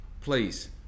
please